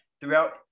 throughout